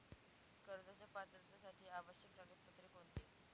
कर्जाच्या पात्रतेसाठी आवश्यक कागदपत्रे कोणती?